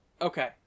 Okay